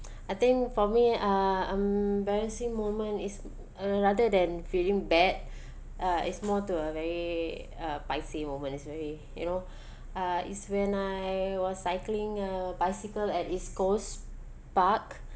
I think for me um embarrassing moment is uh rather than feeling bad uh it's more to a very uh paiseh moment it's very you know uh is when I was cycling a bicycle at east coast park